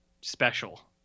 special